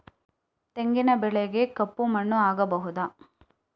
ತೆಂಗಿನ ಬೆಳೆಗೆ ಕಪ್ಪು ಮಣ್ಣು ಆಗ್ಬಹುದಾ?